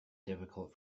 difficult